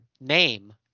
name